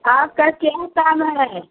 आपका क्या काम है